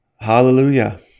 Hallelujah